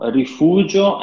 rifugio